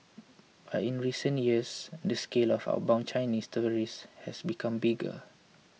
but in recent years the scale of outbound Chinese tourists has become bigger